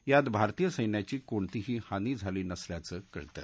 यात भारतीय सैन्याची कोणतीही हानी झाली नसल्याचं कळतं